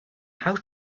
how